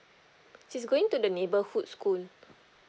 she's going to the neighborhood school